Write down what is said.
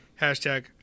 hashtag